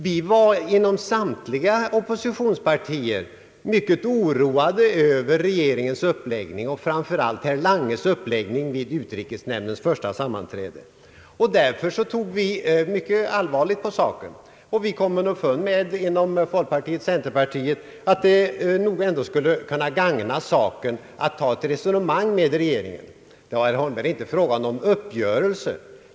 Vi var inom samtliga oppositionspartier mycket oroade över regeringens uppläggning och framför allt över herr Langes uppläggning vid utrikesnämndens första sammanträde. Därför tog vi mycket allvarligt på saken och kom inom folkpartiet och centerpartiet fram till att det nog ändå skulle kunna gagna saken att ta ett resonemang med regeringen. Det var, herr Holmberg, inte fråga om någon uppgörelse.